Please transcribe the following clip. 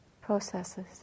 processes